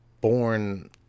born